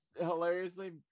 hilariously